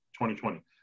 2020